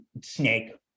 snake